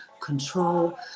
control